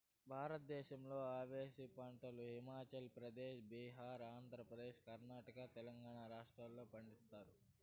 భారతదేశంలో అవిసె పంటను హిమాచల్ ప్రదేశ్, బీహార్, ఆంధ్రప్రదేశ్, కర్ణాటక, తెలంగాణ రాష్ట్రాలలో పండిస్తారు